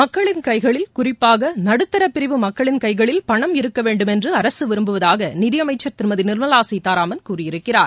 மக்களின் கைகளில் குறிப்பாக நடுத்தரப்பிரிவு மக்களின் கைகளில் பணம் இருக்கவேண்டும் என்று அரசு விரும்புவதாக நிதியமைச்சர் திருமதி நிர்மலா சீதாராமன் கூறியுள்ளார்